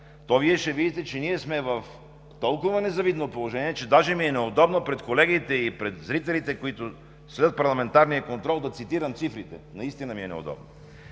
то Вие ще видите, че ние сме в толкова незавидно положение, че даже ми е неудобно пред колегите и пред зрителите, които следят парламентарния контрол, да цитирам цифрите. Наистина ми е неудобно.